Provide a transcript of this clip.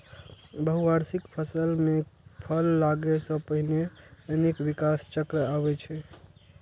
बहुवार्षिक फसल मे फल लागै सं पहिने अनेक विकास चक्र आबै छै